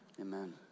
Amen